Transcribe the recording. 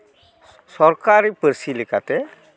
ᱥᱚᱨᱠᱟᱨᱤ ᱯᱟᱹᱨᱤᱥ ᱞᱮᱠᱟᱛᱮ